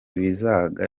bibazaga